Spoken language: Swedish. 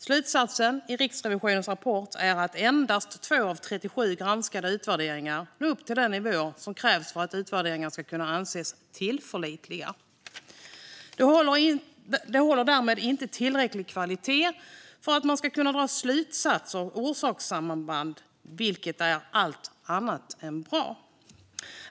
Slutsatsen i Riksrevisionens rapport är att endast 2 av 37 granskade utvärderingar når upp till den nivå som krävs för att utvärderingen ska kunna anses tillförlitlig. De håller därmed inte tillräckligt hög kvalitet för att man ska kunna dra slutsatser och se orsakssamband, vilket är allt annat än bra.